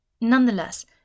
Nonetheless